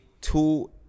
Two